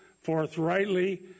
forthrightly